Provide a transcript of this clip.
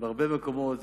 בהרבה מקומות,